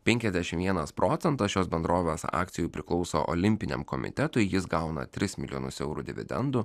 penkiasdešimt vienas procentas šios bendrovės akcijų priklauso olimpiniam komitetui jis gauna tris milijonus eurų dividendų